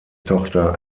tochter